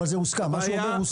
אבל זה הוסכם פורמלית.